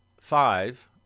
five